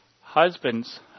Husbands